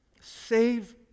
save